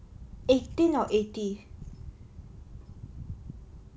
eighteen or eighty